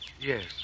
Yes